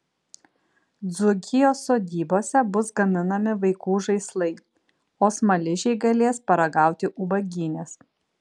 dzūkijos sodybose bus gaminami vaikų žaislai o smaližiai galės paragauti ubagynės